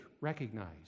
recognize